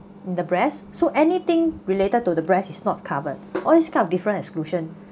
the breast so anything related to the breast is not covered all these kind of different exclusion